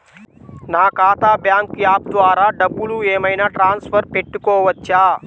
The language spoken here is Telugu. నా ఖాతా బ్యాంకు యాప్ ద్వారా డబ్బులు ఏమైనా ట్రాన్స్ఫర్ పెట్టుకోవచ్చా?